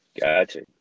Gotcha